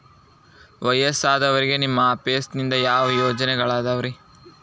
ವಯಸ್ಸಾದವರಿಗೆ ನಿಮ್ಮ ಆಫೇಸ್ ನಿಂದ ಯಾವ ಯೋಜನೆಗಳಿದಾವ್ರಿ?